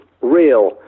real